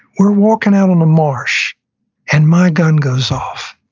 we're walking out on the marsh and my gun goes off.